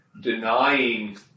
denying